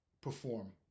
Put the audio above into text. perform